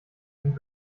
sind